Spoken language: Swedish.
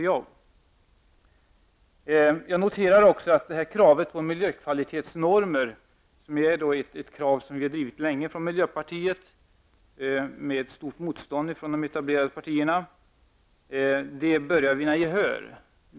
Jag noterar också att kravet på miljökvalitetsnormer, ett krav som miljöpartiet har drivit länge under stort motstånd från de etablerade partierna, börjar vinna gehör.